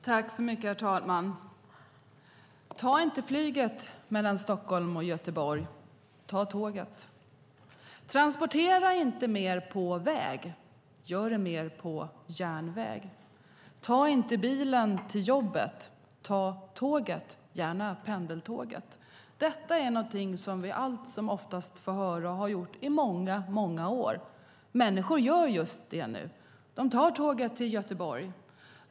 Herr talman! Ta inte flyget mellan Stockholm och Göteborg. Ta tåget. Transportera inte mer på väg. Gör det mer på järnväg. Ta inte bilen till jobbet. Ta tåget, gärna pendeltåget. Det är någonting som vi allt som oftast får höra och har hört i många år. Människor gör just det, de tar tåget till Göteborg.